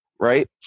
Right